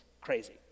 crazy